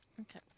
Okay